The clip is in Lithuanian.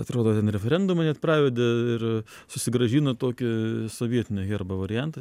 atrodo ten referendumą net pravedė ir susigrąžino tokį sovietinio herbo variantą